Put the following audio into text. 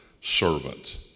servant